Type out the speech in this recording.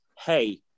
hey